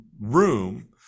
room